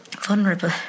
vulnerable